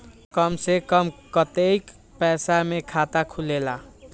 कम से कम कतेइक पैसा में खाता खुलेला?